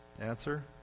Answer